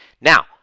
now